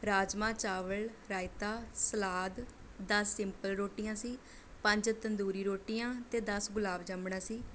ਰਾਜਮਾ ਚਾਵਲ ਰਾਇਤਾ ਸਲਾਦ ਦਸ ਸਿੰਪਲ ਰੋਟੀਆਂ ਸੀ ਪੰਜ ਤੰਦੂਰੀ ਰੋਟੀਆਂ ਅਤੇ ਦਸ ਗੁਲਾਬਜਾਮਣਾ ਸੀ